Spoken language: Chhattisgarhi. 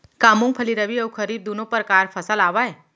का मूंगफली रबि अऊ खरीफ दूनो परकार फसल आवय?